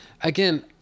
again